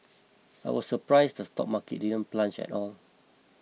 I was surprised the stock market plunge at all